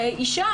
אישה,